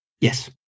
yes